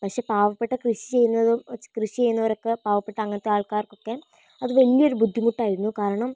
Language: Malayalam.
പക്ഷേ പാവപ്പെട്ട കൃഷി ചെയ്യുന്നതും കൃഷി ചെയ്യുന്നവരൊക്കെ പാവപ്പെട്ട അങ്ങിനത്തെ ആൾക്കാർക്കൊക്കെ അത് വലിയൊരു ബുദ്ധിമുട്ടായിരുന്നു കാരണം